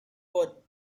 would